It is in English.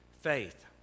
Faith